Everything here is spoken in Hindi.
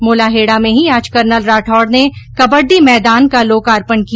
मोलाहेडा में ही आज कर्नल राठौड ने कबड्डी मैदान का लोकार्पण किया